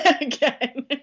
again